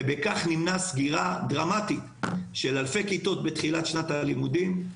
ובכך נמנע סגירה דרמטית של אלפי כיתות בתחילת שנת הלימודים,